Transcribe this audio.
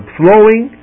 flowing